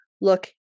look